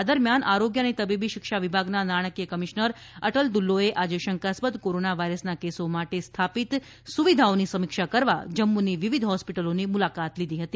આ દરમ્યાન આરોગ્ય અને તબીબી શિક્ષા વિભાગના નાણાંકીય કમિશ્નર અટલ દુલ્લોએ આજે શંકાસ્પદ કોરોના વાયરસના કેસો માટે સ્થાપિત સુવિધાઓની સમીક્ષા કરવા જમ્મુની વિવિધ હોસ્પિટલોની મુલાકાત લીધી હતી